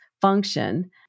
function